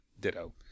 Ditto